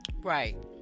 Right